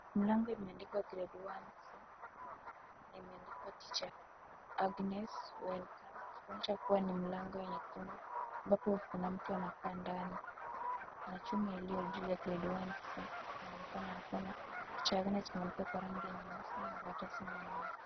Mlango imeandika grade one c na imeandikwa teacher Agnes welcome kuonyesha kuwa ni mlango nyekundu ambapo kuna mtu anakaa ndani. Kuna chuma iliyo juu ya grade one c inaonekana kuna picha ya Agnes imeandikwa rangi ya nyeusi na karatasi ni nyeupe.